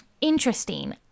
Interesting